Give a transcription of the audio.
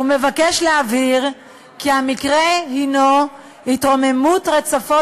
הוא מבקש להבהיר כי המקרה הוא התרוממות רצפות